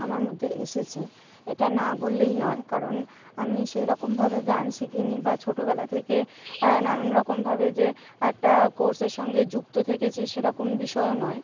আমার মধ্যে এসেছে এটা না বললেই নয় কারণ আমি সেইরকম ভাবে গান শিখিনি বা ছোটবেলা থেকে নানান রকমভাবে যে একটা কোর্সের সঙ্গে যুক্ত থেকেছি সেরকম বিষয়ও নয়